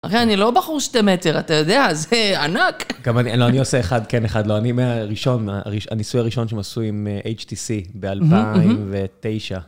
אחי, אני לא בחור שתי מטר, אתה יודע, זה ענק. גם אני... לא, אני עושה אחד כן, אחד לא. אני מהראשון, הניסוי הראשון שעשוי עם HTC ב-2009.